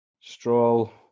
Stroll